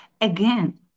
again